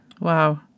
Wow